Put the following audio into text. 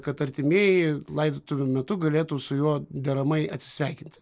kad artimieji laidotuvių metu galėtų su juo deramai atsisveikinti